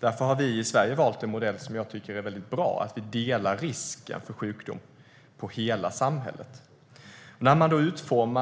Därför har vi i Sverige valt en modell som jag tycker är väldigt bra: Hela samhället delar på risken i händelse av sjukdom.